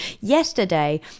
yesterday